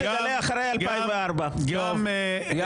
תגלה שזה היה אחרי 2004. קדימה,